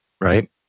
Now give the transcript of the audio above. right